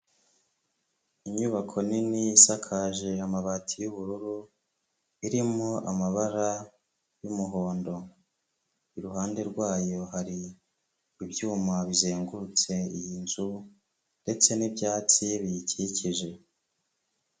Inyubako nini isakaje amabati y'ubururu irimo amabara y'umuhondo, iruhande rwayo hari ibyuma bizengurutse iyi nzu ndetse n'ibyatsi biyikikije.